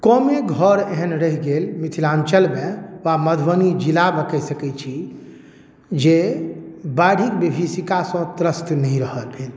कमे घर एहन रइह गेल मिथिलाञ्चलमे वा मधुबनी जिलामे कहि सकै छी जे बाढ़िक विभीषिकासँ त्रस्त नहि रहल भेल